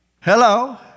Hello